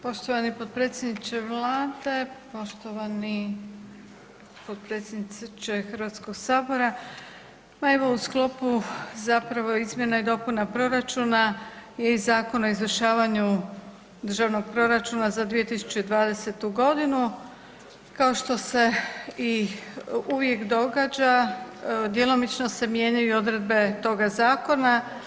Poštovani potpredsjedniče Vlade, poštovani potpredsjedniče Hrvatskog sabora, pa evo u sklopu zapravo izmjena i dopuna proračuna je i Zakon o izvršavanju državnog proračuna za 2020. godinu, kao što se i uvijek događa djelomično se mijenjaju odredbe toga zakona.